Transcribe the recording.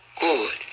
good